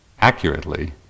accurately